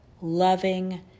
loving